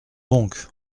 donc